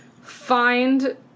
find